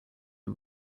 are